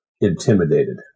intimidated